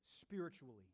spiritually